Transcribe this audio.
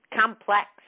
complex